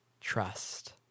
trust